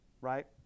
right